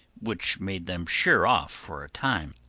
which made them shear off for a time,